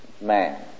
man